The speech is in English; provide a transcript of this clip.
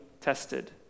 tested